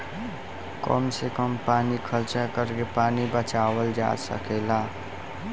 कम से कम पानी खर्चा करके पानी बचावल जा सकेला